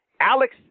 Alex